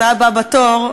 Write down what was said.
אתה הבא בתור.